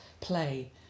play